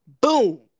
Boom